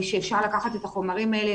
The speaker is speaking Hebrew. אפשר לקחת את החומרים האלה,